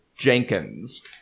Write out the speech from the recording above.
Jenkins